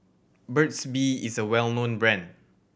Burt's Bee is a well known brand